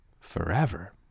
forever